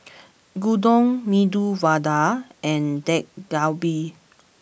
Gyudon Medu Vada and Dak Galbi